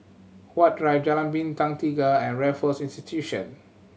Huat Drive Jalan Bintang Tiga and Raffles Institution